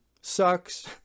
sucks